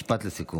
משפט לסיכום.